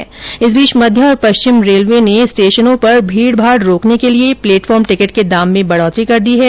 इस बीच उत्तर पश्चिम मध्य और पश्चिम रेलवे ने स्टेशनों पर भीड़ भाड़ रोकने के लिए प्लेटफार्म टिकट के दाम में बढ़ोतरी कर दी है